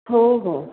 हो हो